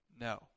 No